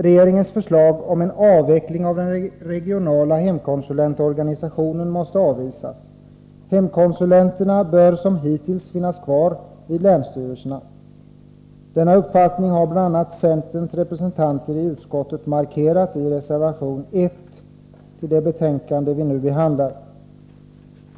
Regeringens förslag om en avveckling av den regionala hemkonsulentorganisationen måste avvisas. Hemkonsulenterna bör, som Nr 145 hittills, finnas vid länsstyrelserna. Denna uppfattning har bl.a. centerns representanter i utskottet markerat i reservation 1 till det betänkande vi nu behandlar.